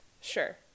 sure